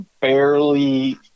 barely